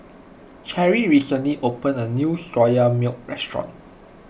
Cherri recently opened a new Soya Milk restaurant